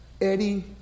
Eddie